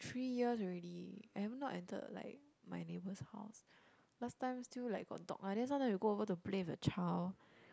three years already I have not entered like my neighbour's house last time still like got dog ah then sometimes we'll go over to play with her child